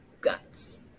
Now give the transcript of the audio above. guts